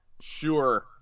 Sure